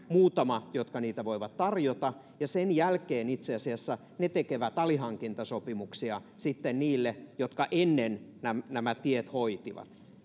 muutama jotka niitä voivat tarjota sen jälkeen itse asiassa ne tekevät alihankintasopimuksia sitten niille jotka ennen nämä nämä tiet hoitivat